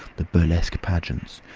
the burlesque pageants,